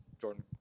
Jordan